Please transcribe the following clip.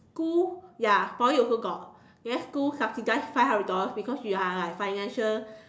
school ya Poly also got then school subsidise five hundred dollars because you are like financial